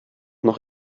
noch